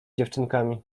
dziewczynkami